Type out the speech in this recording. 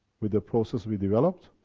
with the process we developed,